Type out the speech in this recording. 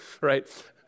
right